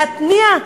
להתניע,